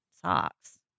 socks